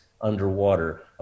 underwater